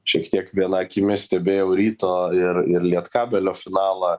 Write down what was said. šiek tiek viena akimi stebėjau ryto ir ir lietkabelio finalą